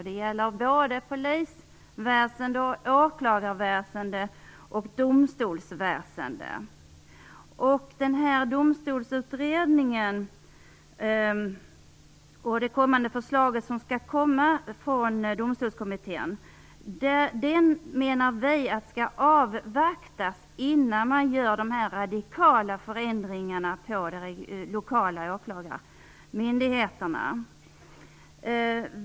Det gäller både polisväsende, åklagarväsende och domstolsväsende. Vi menar att Domstolsutredningen och det förslag som skall komma från domstolskommittén skall avvaktas innan man gör dessa radikala förändringar på de lokala åklagarmyndigheterna.